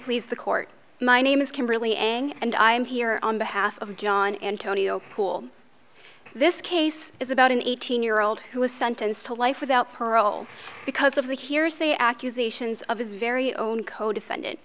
please the court my name is kimberly ang and i am here on behalf of john antonio poole this case is about an eighteen year old who was sentenced to life without parole because of the hearsay accusations of his very own codefend